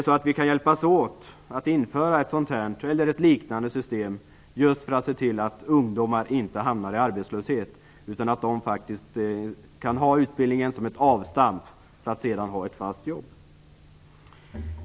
Kan vi hjälpas åt med att införa ett sådant eller liknande system, just för att se till att ungdomar inte hamnar i arbetslöshet utan faktiskt kan ha utbildningen som avstamp för att sedan få ett fast jobb?